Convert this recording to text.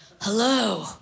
Hello